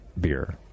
beer